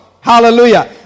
Hallelujah